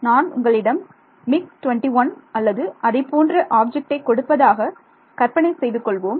நாம் நான் உங்களிடம் மிக் 21 அல்லது அதைப்போன்ற ஆப்ஜெக்ட்டை கொடுப்பதாக கற்பனை செய்து கொள்வோம்